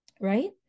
right